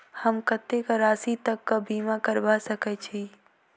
हम कत्तेक राशि तकक बीमा करबा सकै छी?